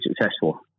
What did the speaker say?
successful